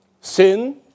sin